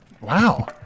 Wow